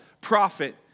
prophet